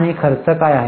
आणि खर्च काय आहे